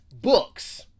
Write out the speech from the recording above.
books